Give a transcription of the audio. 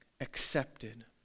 accepted